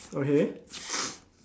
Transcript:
okay